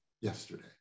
yesterday